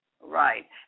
Right